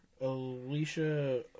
Alicia